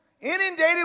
Inundated